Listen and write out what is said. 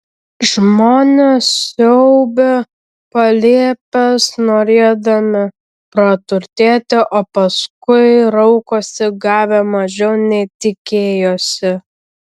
žmonės siaubia palėpes norėdami praturtėti o paskui raukosi gavę mažiau nei tikėjosi